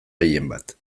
gehienbat